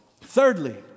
Thirdly